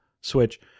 switch